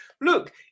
look